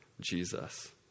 Jesus